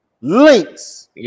links